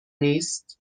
نیست